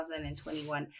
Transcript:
2021